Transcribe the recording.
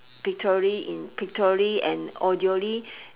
pictorially in pictorially and